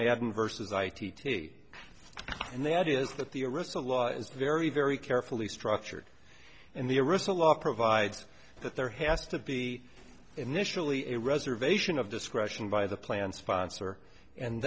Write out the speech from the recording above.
been versus i t t and that is that the original law is very very carefully structured and the original law provides that there has to be initially a reservation of discretion by the plan sponsor and